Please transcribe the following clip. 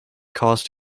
caused